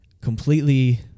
completely